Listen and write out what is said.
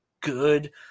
good